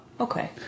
okay